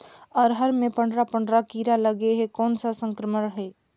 अरहर मे पंडरा पंडरा कीरा लगे हे कौन सा संक्रमण हे?